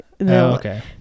Okay